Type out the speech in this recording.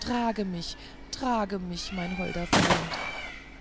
trage mich trage mich mein holder freund